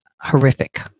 horrific